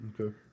Okay